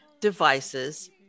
devices